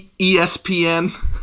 ESPN